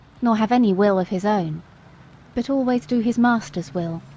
nor have any will of his own but always do his master's will,